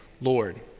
Lord